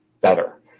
better